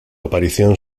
aparición